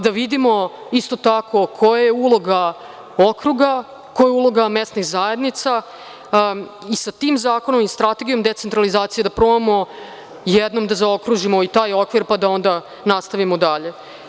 Da vidimo, isto tako, koja je uloga okruga, koja je uloga mesnih zajednica i sa tim zakonom i strategijom decentralizacije da probamo jednom da zaokružimo i taj okvir, pa da onda nastavimo dalje.